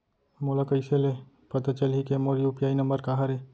मोला कइसे ले पता चलही के मोर यू.पी.आई नंबर का हरे?